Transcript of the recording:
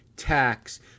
Tax